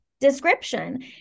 description